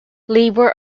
labor